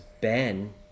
Ben